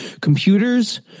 computers